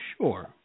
Sure